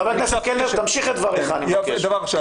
חבר הכנסת קלנר, תמשיך את דבריך, אני מבקש.